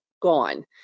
gone